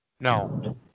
No